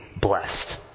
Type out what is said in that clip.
blessed